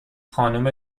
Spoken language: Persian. خانم